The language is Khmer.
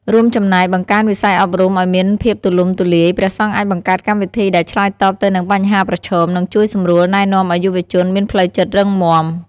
រួមចំណែក បង្កើនវិស័យអប់រំឲ្យមានភាពទូលំទូលាយ ព្រះសង្ឃអាចបង្កើតកម្មវិធីដែលឆ្លើយតបទៅនឹងបញ្ហាប្រឈម និងជួយសម្រួលណែនាំឲ្យយុវជនមានផ្លូវចិត្តរឹងមាំ។